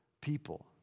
people